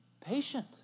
patient